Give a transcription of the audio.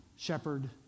Shepherd